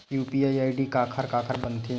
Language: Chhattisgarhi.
यू.पी.आई आई.डी काखर काखर बनथे?